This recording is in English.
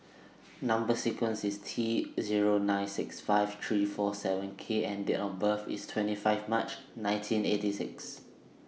Number sequence IS T Zero nine six five three four seven K and Date of birth IS twenty five March nineteen eighty six